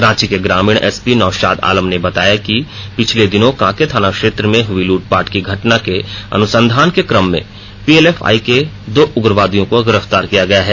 रांची के ग्रामीण एसपी नौषाद आलम ने बताया कि पिछले दिनों कांके थाना क्षेत्र में हई लूटपाट की घटना के अनुसंधान के कम में पीएलएफआई के दो उग्रवादियों को गिरफ्तार किया गया है